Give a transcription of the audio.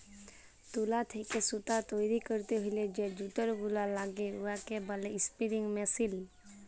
তুলা থ্যাইকে সুতা তৈরি ক্যইরতে হ্যলে যে যল্তর ল্যাগে উয়াকে ব্যলে ইস্পিলিং মেশীল